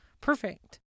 Perfect